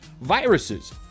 viruses